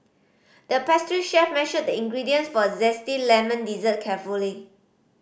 the pastry chef measured the ingredients for a zesty lemon dessert carefully